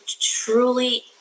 truly